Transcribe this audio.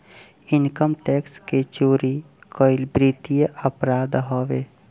income tax के चोरी कईल वित्तीय अपराध हवे